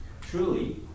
truly